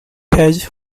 has